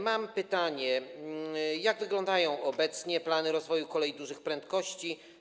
Mam pytanie: Jak wyglądają obecnie plany rozwoju kolei dużych prędkości?